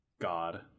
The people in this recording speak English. God